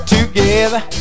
Together